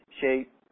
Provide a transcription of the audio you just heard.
shape